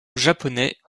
japonais